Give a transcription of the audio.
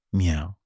meow